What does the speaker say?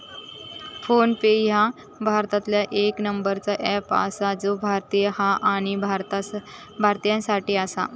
phone पे ह्या भारतातला येक नंबरचा अँप आसा जा भारतीय हा आणि भारतीयांसाठी आसा